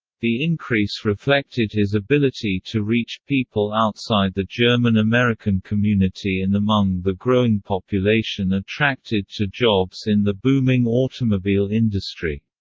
the increase reflected his ability to reach people outside the german-american community and among the growing population attracted to jobs in the booming automobile industry.